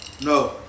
No